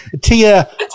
Tia